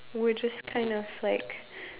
we're just kind of like